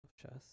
chess